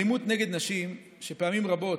אלימות נגד נשים, שפעמים רבות,